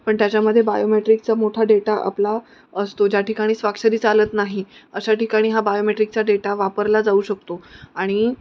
पण त्याच्यामध्ये बायोमेट्रिकचा मोठा डेटा आपला असतो ज्या ठिकाणी स्वाक्षरी चालत नाही अशा ठिकाणी हा बायोमेट्रिकचा डेटा वापरला जाऊ शकतो आणि